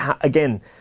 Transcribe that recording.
again